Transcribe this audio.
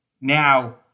Now